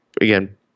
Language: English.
again